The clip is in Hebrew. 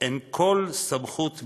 אין כל סמכות בעניין.